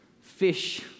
Fish